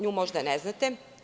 Nju možda ne znate.